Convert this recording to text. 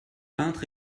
peintre